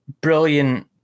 brilliant